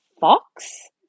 fox